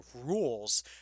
rules